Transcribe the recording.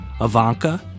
Ivanka